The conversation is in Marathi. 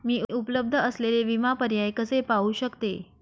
मी उपलब्ध असलेले विमा पर्याय कसे पाहू शकते?